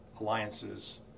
alliances